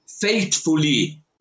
faithfully